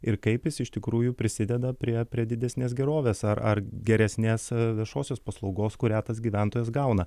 ir kaip jis iš tikrųjų prisideda prie prie didesnės gerovės ar ar geresnės viešosios paslaugos kurią tas gyventojas gauna